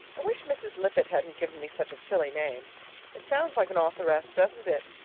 i wish mrs. lippett hadn't given me such a silly name it sounds like an author-ess, doesn't it?